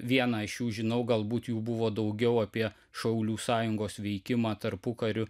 vieną iš jų žinau galbūt jų buvo daugiau apie šaulių sąjungos veikimą tarpukariu